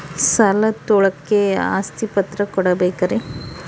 ಸಾಲ ತೋಳಕ್ಕೆ ಆಸ್ತಿ ಪತ್ರ ಕೊಡಬೇಕರಿ?